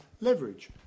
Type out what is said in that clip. leverage